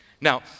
now